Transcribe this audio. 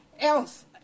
else